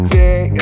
day